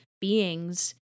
beings